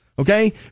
Okay